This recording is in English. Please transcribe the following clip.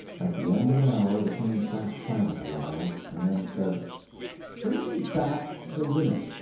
at the end of an hour the king sat silent awhile, and then said bring back the linnet.